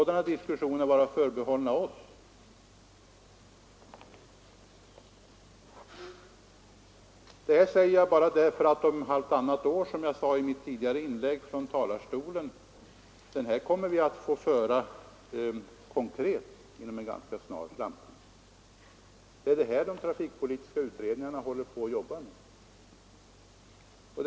Detta säger jag bara därför att om halvtannat år, som jag sade i mitt tidigare inlägg från talarstolen, kommer vi att få föra den diskussionen konkret, alltså inom en ganska snar framtid. Det är detta som de trafikpolitiska utredarna håller på att arbeta med.